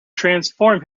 transform